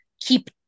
keep